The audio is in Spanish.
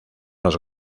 los